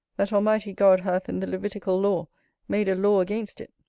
that almighty god hath in the levitical law made a law against it.